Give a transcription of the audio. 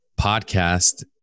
podcast